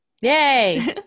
Yay